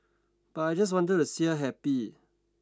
but I just wanted to see her happy